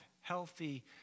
healthy